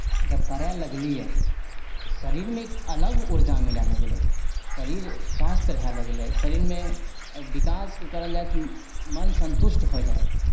जब करय लगलियै शरीरमे एक अलग ऊर्जा मिलय लगलै शरीर स्वस्थ रहय लगलै शरीरमे विकासके करल जाय तऽ मन सन्तुष्ट होय जाइत रहय